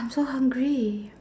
I'm so hungry